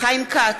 חיים כץ,